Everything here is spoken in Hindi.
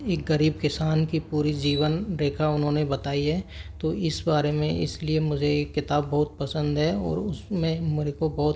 एक गरीब किसान की पूरी जीवन रेखा उन्होंने बताई है तो इस बारे में इसलिए मुझे ये किताब बहुत पसंद है और उसमें मेरे को बहुत